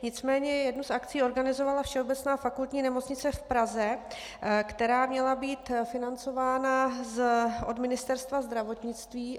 Nicméně jednu z akcí organizovala Všeobecná fakultní nemocnice v Praze, která měla být financována od Ministerstva zdravotnictví.